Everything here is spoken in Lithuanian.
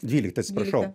dvylikta atsiprašau